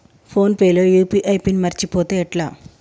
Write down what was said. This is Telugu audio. ఫోన్ పే లో యూ.పీ.ఐ పిన్ మరచిపోతే ఎట్లా?